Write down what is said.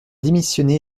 démissionné